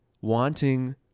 wanting